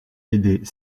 aider